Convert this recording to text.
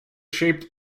shaped